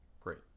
Great